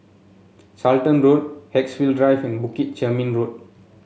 Charlton Road Haigsville Drive and Bukit Chermin Road